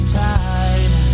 tide